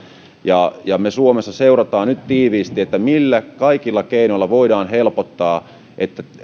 ja ja me suomessa seuraamme nyt tiiviisti millä kaikilla keinoilla voidaan helpottaa että